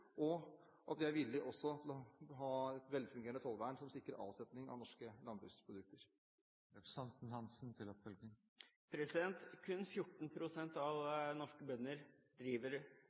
og at vi også er villig til å ha et velfungerende tollvern som sikrer avsetning av norske landbruksprodukter. Kun 14 pst. av norske bønder driver